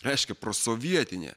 reiškia prosovietinė